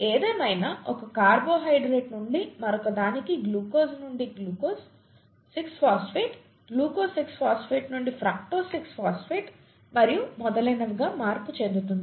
ఏదేమైనా ఒక కార్బోహైడ్రేట్ నుండి మరొకదానికి గ్లూకోజ్ నుండి గ్లూకోజ్ 6 ఫాస్ఫేట్ గ్లూకోజ్ 6 ఫాస్ఫేట్ నుండి ఫ్రక్టోజ్ 6 ఫాస్ఫేట్ మరియు మొదలైనవిగా మార్పు చెందుతుంది